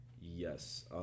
Yes